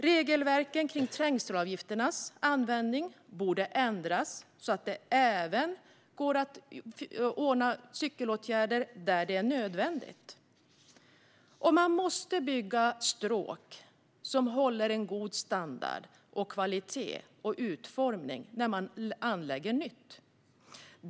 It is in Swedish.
Regelverket vad gäller trängselavgifternas användning borde ändras så att det även går att vidta cykelrelaterade åtgärder där det är nödvändigt. Man måste bygga stråk som har en god standard, kvalitet och utformning när man anlägger nytt.